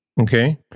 Okay